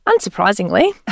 unsurprisingly